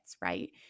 right